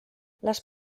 les